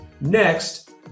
Next